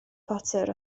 potter